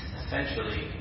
essentially